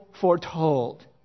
foretold